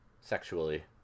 sexually